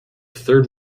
third